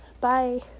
Bye